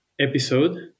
episode